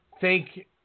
Thank